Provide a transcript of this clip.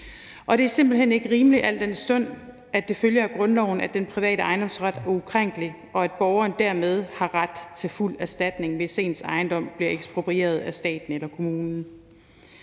Og det er simpelt hen ikke rimeligt, al den stund at det følger af grundloven, at den private ejendomsret er ukrænkelig, og at borgeren dermed har ret til fuld erstatning, hvis ens ejendom bliver eksproprieret af staten eller kommunen.